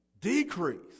decrease